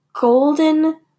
golden